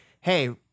hey